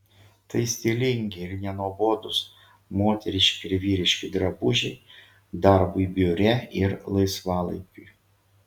tai stilingi ir nenuobodūs moteriški ir vyriški drabužiai darbui biure ir laisvalaikiui